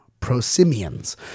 Prosimians